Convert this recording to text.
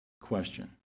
question